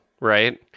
right—